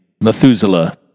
Methuselah